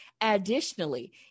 Additionally